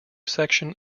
section